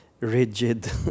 rigid